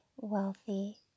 wealthy